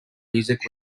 music